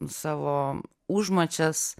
savo užmačias